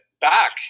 back